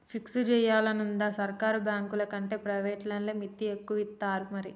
fix జేయాలనుందా, సర్కారు బాంకులకంటే ప్రైవేట్లనే మిత్తి ఎక్కువిత్తరు మరి